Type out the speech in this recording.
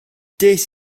des